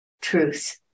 truth